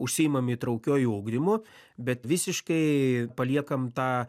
užsiimam įtraukiuoju ugdymu bet visiškai paliekam tą